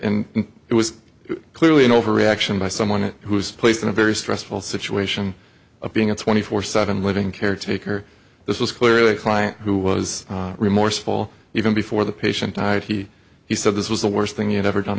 and it was clearly an overreaction by someone who is placed in a very stressful situation of being a twenty four seven living caretaker this was clearly a client who was remorseful even before the patient died he he said this was the worst thing you've ever done